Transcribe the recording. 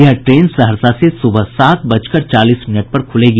यह ट्रेन सहरसा से सुबह सात बजकर चालीस मिनट पर खुलेगी